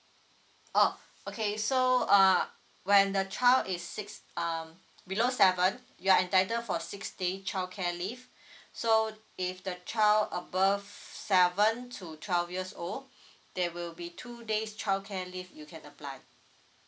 oh okay so uh when the child is six um below seven you are entitled for six day childcare leave so if the child above seven to twelve years old there will be two days childcare leave you can apply